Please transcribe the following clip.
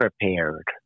prepared